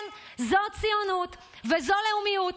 כן, זו ציונות וזו לאומיות.